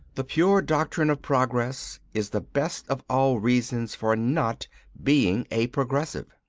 the pure doctrine of progress is the best of all reasons for not being a progressive.